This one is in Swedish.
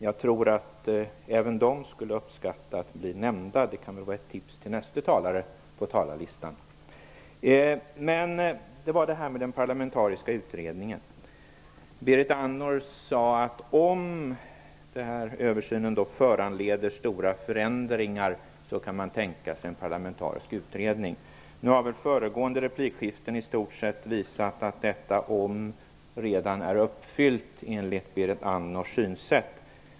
Jag tror att även de skulle uppskatta att bli nämnda, vilket kan vara ett tips till näste talare på talarlistan. Berit Andnor att om översynen föranleder stora förändringar kan man tänka sig en parlamentarisk utredning. Nu har väl föregående replikskiften i stort sett visat att detta "om" redan är uppfyllt enligt Berit Andnors synsätt.